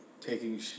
taking